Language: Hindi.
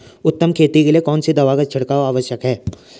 उत्तम खेती के लिए कौन सी दवा का छिड़काव आवश्यक है?